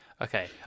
Okay